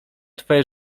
twoje